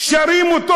שרים אותו